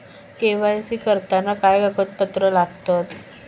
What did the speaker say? KYC करताना काय कागदपत्रा लागतत?